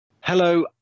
Hello